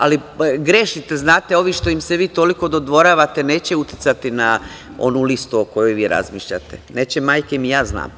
Ali, grešite, znate ovi što im se vi toliko dodvoravate neće uticati na onu listu o kojoj vi razmišljate, neće majke mi, ja znam.